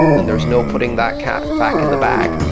and there's no putting that cat back in the bag.